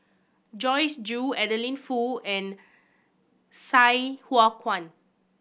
Joyce Jue Adeline Foo and Sai Hua Kuan